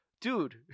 dude